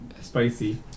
spicy